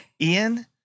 Ian